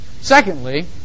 Secondly